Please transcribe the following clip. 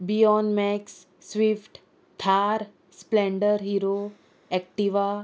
बियोन Max Swift Thar Splendor Hero Activa